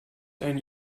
eine